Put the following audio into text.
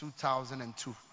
2002